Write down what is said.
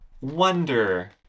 Wonder